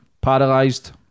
Paralysed